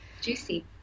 Juicy